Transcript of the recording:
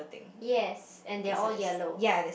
yes and they are all yellow